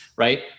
right